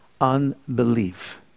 unbelief